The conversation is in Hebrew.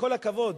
בכל הכבוד,